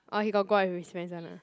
orh he got go out with his friends [one] ah